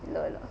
elok-elok